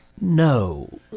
No